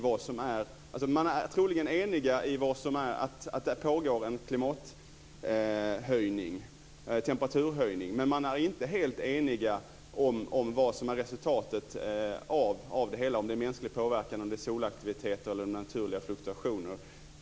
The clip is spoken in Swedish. Man är troligen enig om att det pågår en temperaturhöjning, men man är inte helt enig om vad den är resultatet av - om det är mänsklig påverkan eller solaktiviteter eller om det är fråga om naturliga fluktuationer.